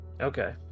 Okay